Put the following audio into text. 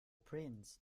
prince